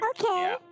Okay